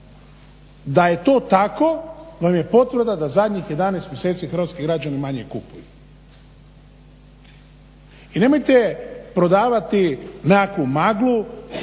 da je to tako vam je potvrda da je zadnjih 11 mjeseci hrvatski građani manje kupuju. I nemojte prodavati nekakvu maglu